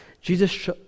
Jesus